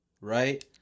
Right